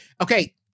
okay